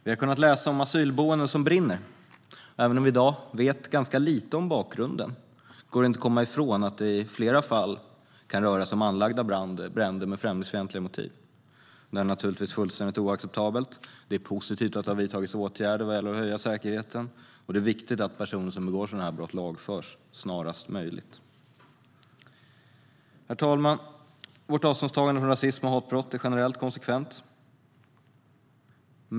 Vi har kunnat läsa om asylboenden som brinner, och även om vi i dag vet ganska lite om bakgrunden går det inte att komma ifrån att det i flera fall kan röra sig om anlagda bränder med främlingsfientliga motiv. Det är naturligtvis fullständigt oacceptabelt. Det är positivt att det har vidtagits åtgärder vad gäller att höja säkerheten, och det är viktigt att personer som begår sådana brott lagförs snarast möjligt. Herr talman! Vårt avståndstagande från rasism och hatbrott är generellt och konsekvent.